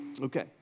Okay